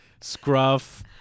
scruff